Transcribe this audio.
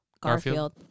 Garfield